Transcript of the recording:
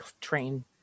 train